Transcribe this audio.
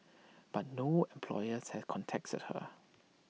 but no employers has contacted her